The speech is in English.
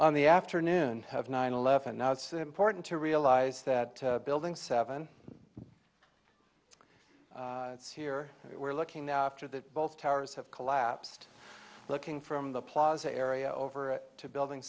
on the afternoon of nine eleven now it's important to realize that building seven here we're looking now after that both towers have collapsed looking from the plaza area over to building